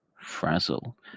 Frazzle